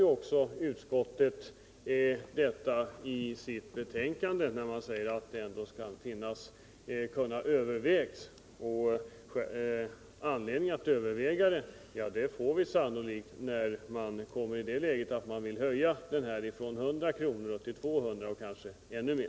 Utskottet antyder detta i sitt betänkande, när utskottet säger att detta ändå skall kunna övervägas. Anledning att överväga detta får vi sannolikt, när man har hamnat i det läget att man vill höja skatten från 100 kr. till 200 eller kanske ännu mer.